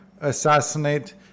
assassinate